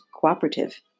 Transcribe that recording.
cooperative